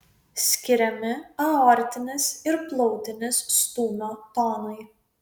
skiriami aortinis ir plautinis stūmio tonai